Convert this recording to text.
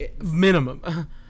minimum